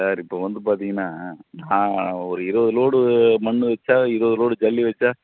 sir இப்போ வந்து பார்த்தீங்கன்னா நான் ஒரு இருபது லோடு மண் வைச்சா இருபது லோடு ஜல்லி வச்சால்